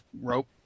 rope